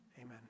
amen